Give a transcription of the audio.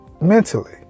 Mentally